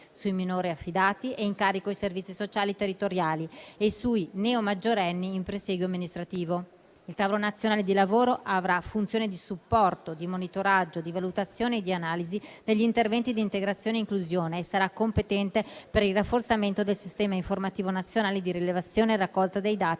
sui minori affidati e in carico ai servizi sociali territoriali e sui neomaggiorenni in prosieguo amministrativo. Il tavolo nazionale di lavoro avrà funzioni di supporto, di monitoraggio, di valutazione e di analisi degli interventi di integrazione e inclusione e sarà competente per il rafforzamento del sistema informativo nazionale di rilevazione e raccolta dei dati